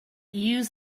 use